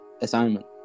assignment